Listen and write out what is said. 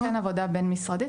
זה אכן עבודה בין משרדית.